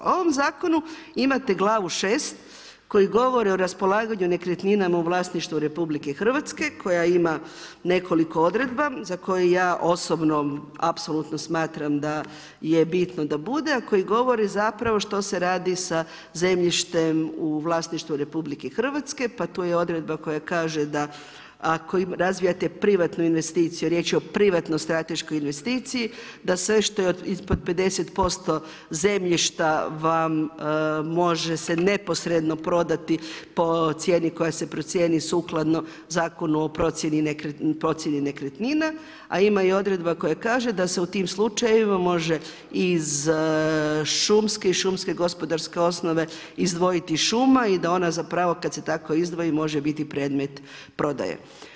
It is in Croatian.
U ovom zakonu imate glavu 6 koji govori o raspolaganju nekretninama u vlasništvu RH koje ima nekoliko odredba, za koje ja osobno apsolutno smatram da je bitno da bude, a koji govori zapravo što se radi sa zemljištem u vlasništvu RH, pa tu je odredba koja kaže da ako razvijate privatnu investiciju, riječ je o privatnoj strateškoj investicija, da sve što je ispod 50% zemljišta vam može se neposredno prodati po cijeni koja se procjeni sukladno Zakonu o procjeni nekretnina, a ima i odredba koja kaže, da se u tim slučajevima može iz šumske i šumske gospodarske osnove izdvojiti šuma i ona zapravo kad se tako izdvoji može biti predmet prodaje.